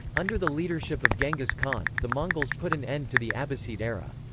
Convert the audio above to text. under the leadership of genghis khan, the mongols put an end to the abbasid era.